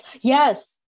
Yes